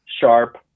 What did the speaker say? sharp